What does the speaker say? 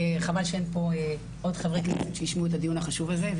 חבל שאין פה עוד חברי כנסת שישמעו את הדיון החשוב הזה,